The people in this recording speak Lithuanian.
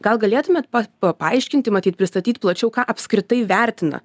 gal galėtumėt pa paaiškinti matyt pristatyt plačiau ką apskritai vertina